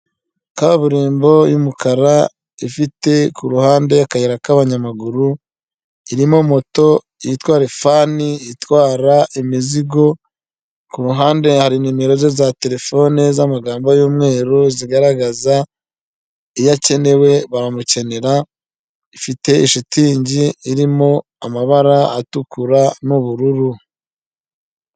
Kaburimbo y'umukara ifite ku ruhande akayira k'abanyamaguru, irimo moto yitwa refani itwara imizigo, ku hande hari numero ze za telefone z'amagambo y'umweru zigaragaza iyo akenewe baramukenera, ifite shitingi irimo amabara atukura n'ubururu.